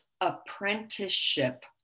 apprenticeship